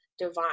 divine